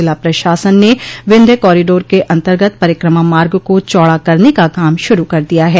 जिला प्रशासन ने विन्ध्य कॉरोडोर के अन्तर्गत परिक्रमा मार्ग को चौड़ा करने का काम शुरू कर दिया है